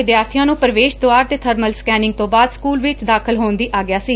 ਵਿਦਿਆਰਬੀਆਂ ਨੂੰ ਪੁਵੇਸ਼ ਦੁਆਰ ਤੇ ਬਰਮਲ ਸਕੈਨਿੰਗ ਤੋਂ ਬਾਅਦ ਸਕੁਲ ਵਿਚ ਦਾਖਲ ਹੋਣ ਦੀ ਆਗਿਆ ਸੀ